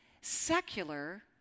Secular